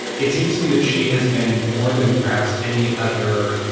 it seems to me that she has been, more than perhaps any other